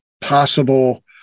possible